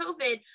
COVID